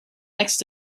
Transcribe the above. next